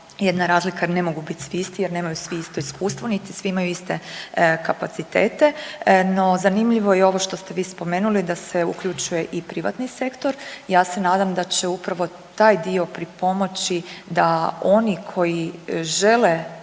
jedna razlika jer ne mogu biti svi isti jer nemaju svi isto iskustvo niti svi imaju iste kapacitete. No, zanimljivo je i ovo što ste vi spomenuli da se uključuje i privatni sektor. Ja se nadam da će upravo taj dio pripomoći da oni koji žele